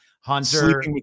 Hunter